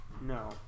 No